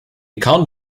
account